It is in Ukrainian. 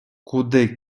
куди